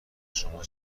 شما